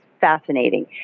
fascinating